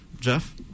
Jeff